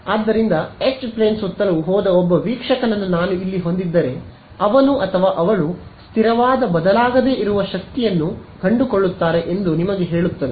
ಆದ್ದರಿಂದ ಹೆಚ್ ಪ್ಲೇನ್ ಸುತ್ತಲೂ ಹೋದ ಒಬ್ಬ ವೀಕ್ಷಕನನ್ನು ನಾನು ಇಲ್ಲಿ ಹೊಂದಿದ್ದರೆ ಅವನು ಅಥವಾ ಅವಳು ಸ್ಥಿರವಾದ ಬದಲಾಗದೆ ಇರುವ ಶಕ್ತಿಯನ್ನು ಕಂಡುಕೊಳ್ಳುತ್ತಾರೆ ಎಂದು ಅದು ನಿಮಗೆ ಹೇಳುತ್ತದೆ